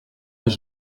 mais